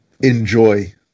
enjoy